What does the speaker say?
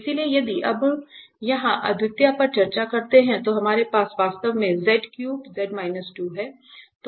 इसलिए यदि हम यहां अद्वितीयता पर चर्चा करते हैं तो हमारे पास वास्तव में है